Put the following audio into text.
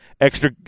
Extra